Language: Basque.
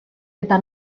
eta